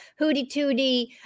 hootie-tootie